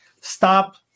Stop